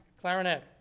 clarinet